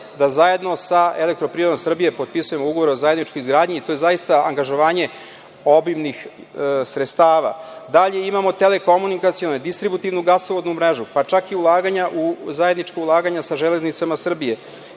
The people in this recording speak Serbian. da zajedno sa EPS potpisujem ugovor o zajedničkoj izgradnji i to je zaista angažovanje obimnih sredstava. Dalje, imamo telekomunikacione, distributivnu gasovodnu mrežu, pa čak i zajednička ulaganja sa „Železnicama Srbije“.